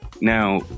Now